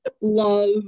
love